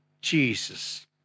Jesus